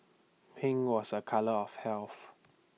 pink was A colour of health